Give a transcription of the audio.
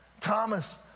Thomas